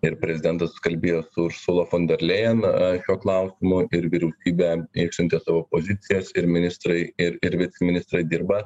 ir prezidentas kalbėjo su ursula fon der lėjen šiuo klausimu ir vyriausybė išsiuntė savo pozicijas ir ministrai ir ir viceministrai dirba